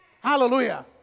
Hallelujah